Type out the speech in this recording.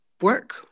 work